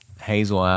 Hazel